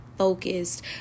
focused